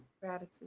Gratitude